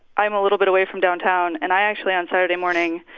i'm a little bit away from downtown. and i actually on saturday morning,